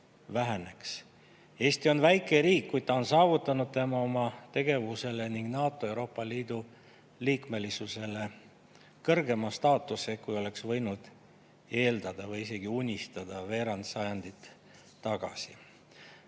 on väike riik, kuid ta on saavutanud tänu oma tegevusele ning NATO ja Euroopa Liidu liikmesusele kõrgema staatuse, kui oleks võinud eeldada või isegi unistada veerand sajandit tagasi.